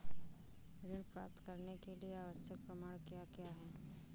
ऋण प्राप्त करने के लिए आवश्यक प्रमाण क्या क्या हैं?